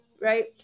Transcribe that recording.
right